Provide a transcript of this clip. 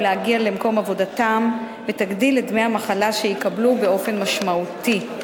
להגיע למקום עבודתם ותגדיל את דמי המחלה שיקבלו באופן משמעותי.